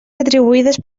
retribuïdes